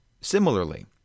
Similarly